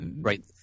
right